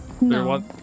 No